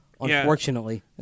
unfortunately